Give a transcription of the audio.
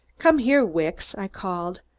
come here, wicks! i called.